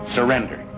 Surrender